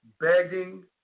begging